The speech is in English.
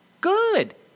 Good